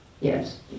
yes